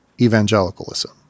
evangelicalism